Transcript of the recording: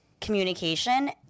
Communication